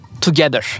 together